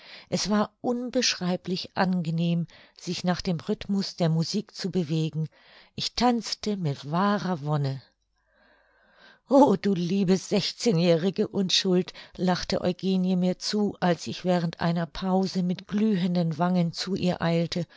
es war unbeschreiblich angenehm sich nach dem rhythmus der musik zu bewegen ich tanzte mit wahrer wonne o du liebe sechzehnjährige unschuld lachte eugenie mir zu als ich während einer pause mit glühenden wangen zu ihr eilte